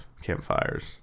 Campfires